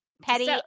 Petty